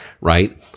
right